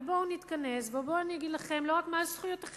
ובואו נתכנס ובואו אני אגיד לכם לא רק מה זכויותיכם,